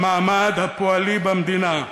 למעמד הפועלי במדינה.